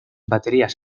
baterías